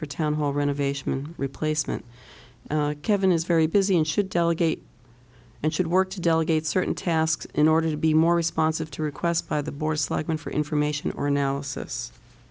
for town hall renovation replacement kevin is very busy and should delegate and should work to delegate certain tasks in order to be more responsive to requests by the boers like when for information or analysis